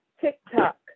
TikTok